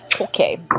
Okay